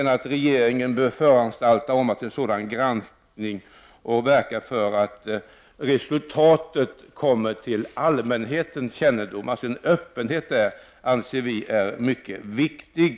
Regeringen bör föranstalta om en sådan granskning och verka för att resultatet kommer till allmänhetens kännedom. En öppenhet är alltså i detta sammanhang mycket viktig.